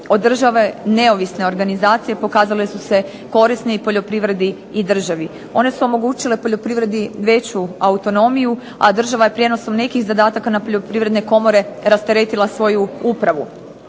od države neovisne organizacije pokazale su se korisne poljoprivredi i državi. One su omogućile poljoprivredi veću autonomiju a država je prijenosom nekih zadataka na poljoprivredne komore rasteretila svoju upravu.